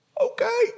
okay